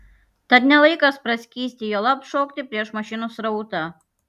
tad ne laikas praskysti juolab šokti prieš mašinų srautą